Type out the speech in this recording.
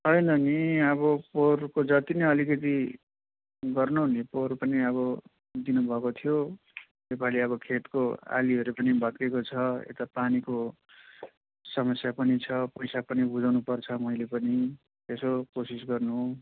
होइन नि अब पोहोरको जति नै अलिकति गर्नु नि पोहोर पनि अब दिनु भएको थियो योपालि अब खेतको आलीहरू पनि भत्किएको छ यता पानीको समस्या पनि छ पैसा पनि बुझाउनु पर्छ मैले पनि यसो कोसिस गर्नु